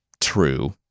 True